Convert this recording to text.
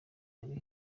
hari